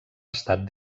estat